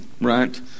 right